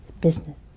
business